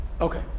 Okay